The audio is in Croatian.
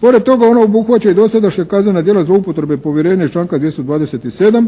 Pored toga ono obuhvaća i dosadašnja kaznena djela zloupotrebe i povjerenja iz članka 227.